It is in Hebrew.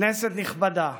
כנסת נכבדה,